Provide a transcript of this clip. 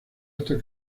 hasta